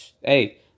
Hey